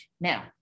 Now